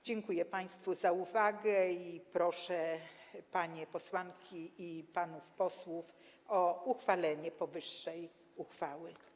Dziękuję państwu za uwagę i proszę panie posłanki i panów posłów o uchwalenie powyższej uchwały.